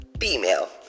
female